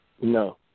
No